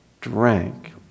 drank